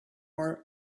more